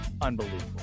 unbelievable